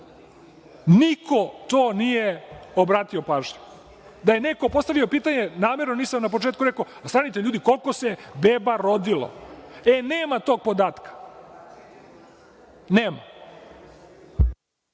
niko na to nije obratio pažnju. Da je bar neko postavio pitanje, a namerno nisam na početku rekao – stanite, ljudi, koliko se beba rodilo? E, nema tog podatka.